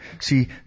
See